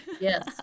Yes